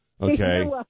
Okay